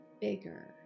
bigger